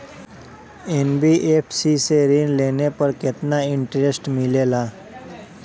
NBFC से ऋण लेने पर केतना इंटरेस्ट मिलेला?